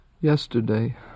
Yesterday